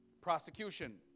prosecution